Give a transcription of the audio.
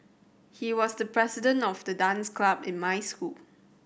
he was the president of the dance club in my school